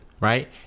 right